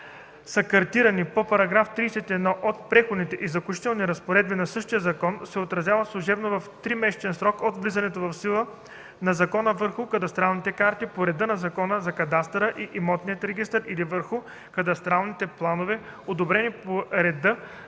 картирани по § 31 от Преходните и заключителните разпоредби на същия закон, се отразяват служебно в 3-месечен срок от влизането в сила на закона върху кадастралните карти по реда на Закона за кадастъра и имотния регистър или върху кадастралните планове, одобрени по реда